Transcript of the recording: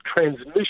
transmission